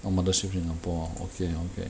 oh Mothership singapore okay okay